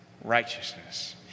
righteousness